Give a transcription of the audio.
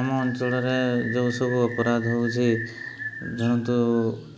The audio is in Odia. ଆମ ଅଞ୍ଚଳରେ ଯୋଉ ସବୁ ଅପରାଧ ହେଉଛି ଧରନ୍ତୁ